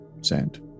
sand